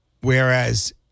whereas